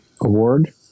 award